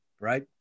right